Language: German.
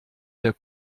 der